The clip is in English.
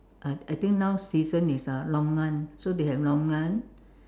I I think now season is uh longan so they have longan